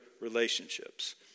relationships